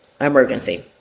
emergency